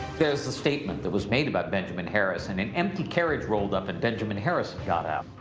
there's a statement that was made about benjamin harrison. an empty carriage rolled up and benjamin harrison got out.